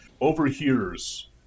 overhears